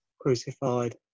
crucified